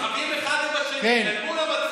שום דבר לא התקדם רבים אחד עם השני אל מול המצלמות.